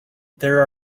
there